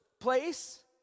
place